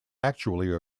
actually